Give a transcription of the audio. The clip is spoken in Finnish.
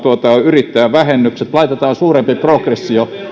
yrittäjävähennykset laitetaan suurempi progressio